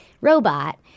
robot